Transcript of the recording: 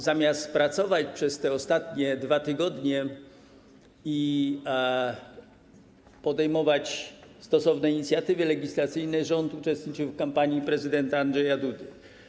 Zamiast pracować przez te ostatnie 2 tygodnie i podejmować stosowne inicjatywy legislacyjne, rząd uczestniczył w kampanii prezydenta Andrzeja Dudy.